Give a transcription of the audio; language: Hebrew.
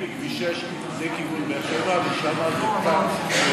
מכביש 6 לכיוון באר שבע, ושם זה כבר עולמי.